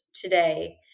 today